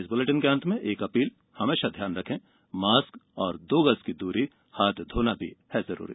इस बुलेटिन के अंत में एक अपील हमेशा ध्यान रखें मास्क और दो गज की दूरी हाथ धोना भी है जरूरी